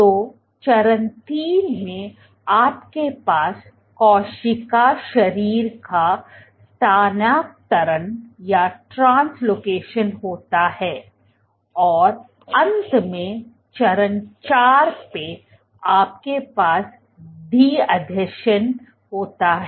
तो चरण 3 में आपके पास कोशिका शरीर का स्थानांतरण होता है और अंत में चरण 4 में आपके पास डी आसंजन होता है